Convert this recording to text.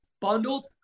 bundled